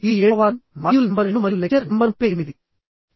ఇది 7వ వారంమాడ్యూల్ నంబర్ 2 మరియు లెక్చర్ నంబర్ 38